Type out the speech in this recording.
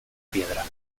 piedra